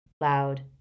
loud